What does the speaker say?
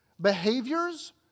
behaviors